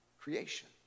creation